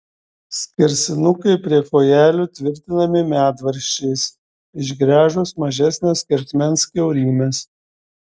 skersinukai prie kojelių tvirtinami medvaržčiais išgręžus mažesnio skersmens kiaurymes